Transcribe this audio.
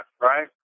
right